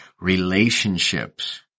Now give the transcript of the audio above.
relationships